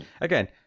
again